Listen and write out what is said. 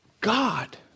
God